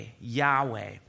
Yahweh